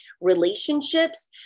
relationships